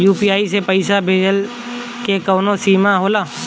UPI से पईसा भेजल के कौनो सीमा होला?